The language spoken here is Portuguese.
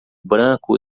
branco